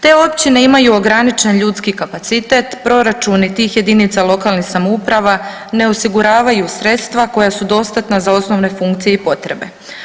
Te općine imaju ograničen ljudski kapacitet, proračuni tih jedinica lokalnih samouprava ne osiguravaju sredstva koja su dostatna za osnovne funkcije i potrebe.